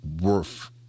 worth